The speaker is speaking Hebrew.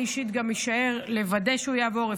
אני אישית גם אישאר לוודא שהוא יעבור.